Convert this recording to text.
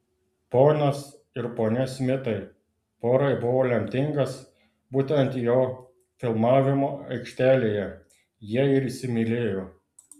ponas ir ponia smitai porai buvo lemtingas būtent jo filmavimo aikštelėje jie ir įsimylėjo